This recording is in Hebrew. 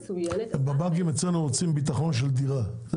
בבנקים אצלנו רוצים בטחון של דירה,